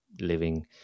living